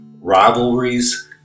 rivalries